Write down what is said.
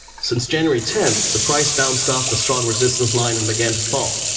since january tenth, the price bounced off the strong resistance line and began to fall.